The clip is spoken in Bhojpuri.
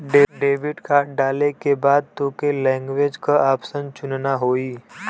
डेबिट कार्ड डाले के बाद तोके लैंग्वेज क ऑप्शन चुनना होई